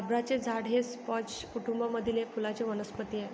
रबराचे झाड हे स्पर्ज कुटूंब मधील एक फुलांची वनस्पती आहे